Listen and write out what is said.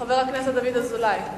חבר הכנסת דוד אזולאי?